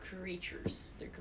creatures